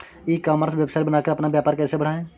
ई commerce website बनाकर अपना व्यापार कैसे बढ़ाएँ?